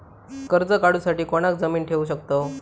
कर्ज काढूसाठी कोणाक जामीन ठेवू शकतव?